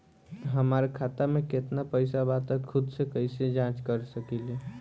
हमार खाता में केतना पइसा बा त खुद से कइसे जाँच कर सकी ले?